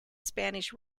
spanish